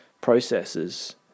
processes